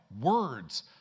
Words